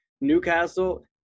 Newcastle